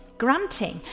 granting